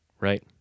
right